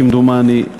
כמדומני,